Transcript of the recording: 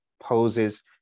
poses